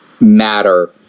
matter